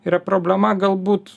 yra problema galbūt